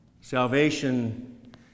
salvation